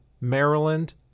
Maryland